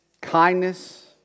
kindness